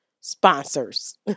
sponsors